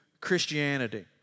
Christianity